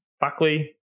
Buckley